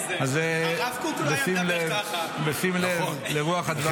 אז בשים לב --- ארז, הרב קוק לא היה מדבר ככה.